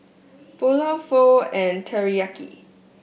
Pulao Pho and Teriyak